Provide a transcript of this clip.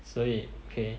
所以 okay